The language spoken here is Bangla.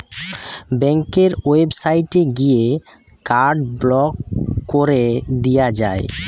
ব্যাংকের ওয়েবসাইটে গিয়ে কার্ড ব্লক কোরে দিয়া যায়